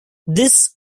this